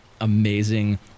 amazing